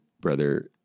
brother